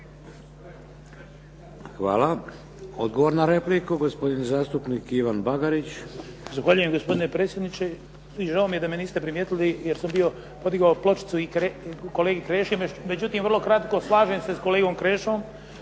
Hvala. Odgovor na repliku, gospodin zastupnik Ivan Bagarić. **Bagarić, Ivan (HDZ)** Zahvaljujem, gospodine potpredsjedniče. Žao mi je da me niste primjetili jer sam podigao pločicu i kolegi Kreši. Međutim, vrlo kratko, slažem se s kolegom Krešom